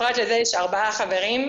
פרט לזה יש ארבעה חברים.